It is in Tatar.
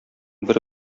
бер